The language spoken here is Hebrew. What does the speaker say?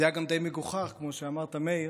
זה היה גם די מגוחך, כמו שאמרת, מאיר,